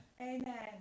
Amen